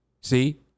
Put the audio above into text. See